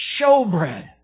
showbread